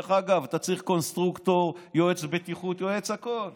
אתה צריך קונסטרוקטור, יועץ בטיחות, יועץ לכול.